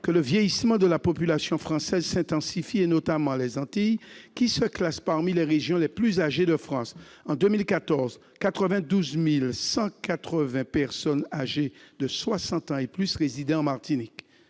que le vieillissement de la population française s'intensifie, notamment aux Antilles, lesquelles se classent parmi les régions les plus âgées de France. En 2014, quelque 92 180 personnes âgées de soixante ans et plus résidaient en Martinique,